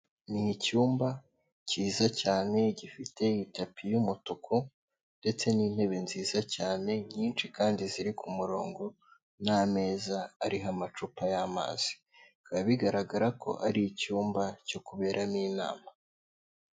Ni icyumba cyiza cyane gifite itapi y'umutuku ndetse n'intebe nziza cyane nyinshi kandi ziri ku murongo n'ameza ariho amacupa y'amazi, bikaba bigaragara ko ari icyumba cyo kuberamo inama.